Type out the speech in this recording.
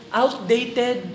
outdated